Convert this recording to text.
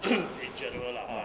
in general